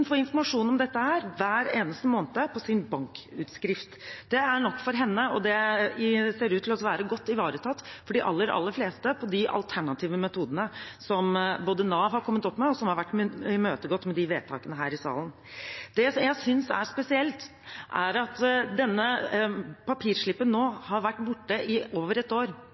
informasjon om dette hver eneste måned på sin bankutskrift. Det er nok for henne. Det ser ut til å være godt ivaretatt for de aller fleste med de alternative metodene som Nav har kommet opp med, og som har vært imøtekommet med vedtak her i salen. Det jeg synes er spesielt, er at denne papirslippen nå har vært borte i over et år.